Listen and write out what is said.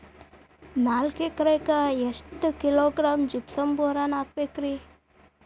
ನಾಲ್ಕು ಎಕರೆಕ್ಕ ಎಷ್ಟು ಕಿಲೋಗ್ರಾಂ ಜಿಪ್ಸಮ್ ಬೋರಾನ್ ಹಾಕಬೇಕು ರಿ?